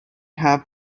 have